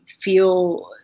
feel